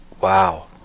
Wow